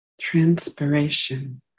transpiration